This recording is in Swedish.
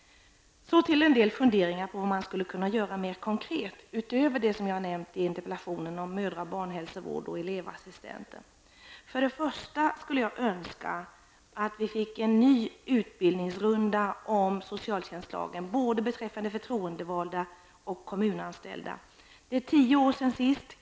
Så till en del funderingar om vad man skulle kunna göra mera konkret -- utöver vad jag har nämnt i interpellationen om mödra och barnhälsovård samt elevassistenter. För det första skulle jag önska att vi fick en ny utbildningsomgång gällande socialtjänstlagen för både förtroendevalda och kommunanställda. Det är tio år sedan sist.